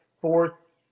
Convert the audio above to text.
fourth